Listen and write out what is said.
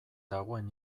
dagoen